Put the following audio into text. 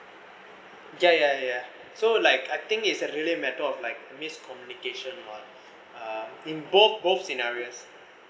ya ya ya so like I think it's really a matter of like miscommunication lah uh in both both scenarios